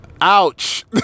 Ouch